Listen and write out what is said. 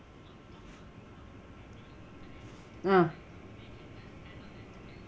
ah